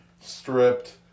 Stripped